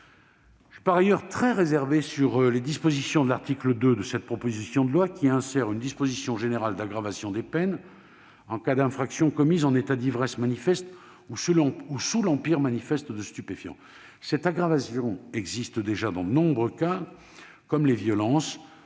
Je suis par ailleurs très réservé sur les dispositions de l'article 2 de cette proposition de loi, tendant à insérer une disposition générale d'aggravation des peines en cas d'infraction commise « en état d'ivresse manifeste ou sous l'emprise manifeste de stupéfiants ». Cette aggravation existe déjà dans de nombreux cas, comme les violences,